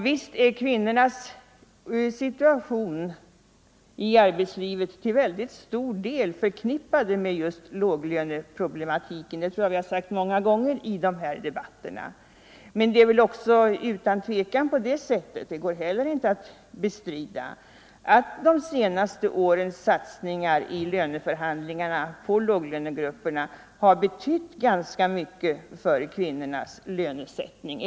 Visst är kvinnornas situation i arbetslivet till mycket stor del förknippad med just låglöneproblematiken — det tror jag vi har sagt många gånger i de här debatterna — men det går inte heller att bestrida att de senaste årens satsningar på låglönegrupperna har betytt ganska mycket för kvinnornas lönesättning.